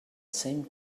same